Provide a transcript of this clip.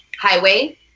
highway